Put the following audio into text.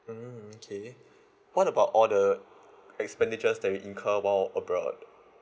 mm okay what about all the expenditures that you incur while abroad